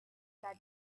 that